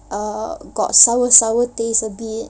ah got sour sour taste a bit